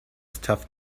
stuff